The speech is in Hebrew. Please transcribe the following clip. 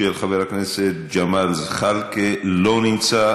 של חבר הכנסת ג'מאל זחאלקה, לא נמצא.